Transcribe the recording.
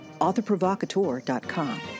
authorprovocateur.com